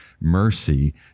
mercy